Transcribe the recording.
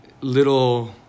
little